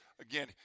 again